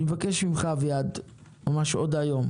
אני מבקש ממך, אביעד, ממש עוד היום